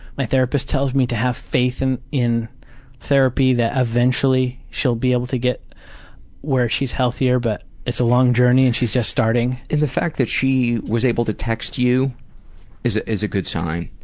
my therapist tells me to have faith in in therapy, that eventually she'll be able to get where she's healthier, but it's a long journey and she's just starting. and the fact that she was able to text you is is a good sign.